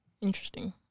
Interesting